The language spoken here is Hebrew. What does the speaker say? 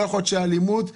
לא יכול להיות שהאלימות תכה.